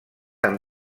amb